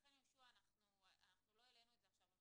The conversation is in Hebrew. ולכן אנחנו לא העלינו את זה עכשיו,